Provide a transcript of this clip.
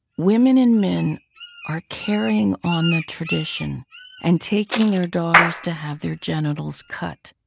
women and men are carrying on the tradition and taking their daughters to have their genitals cut,